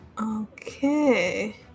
Okay